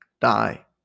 die